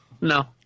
No